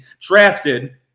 drafted